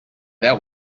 that